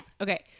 Okay